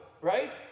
right